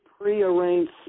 prearranged